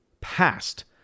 past